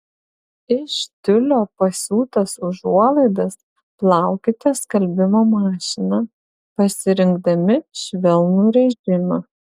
iš tiulio pasiūtas užuolaidas plaukite skalbimo mašina pasirinkdami švelnų režimą